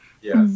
Yes